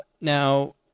Now